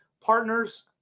partners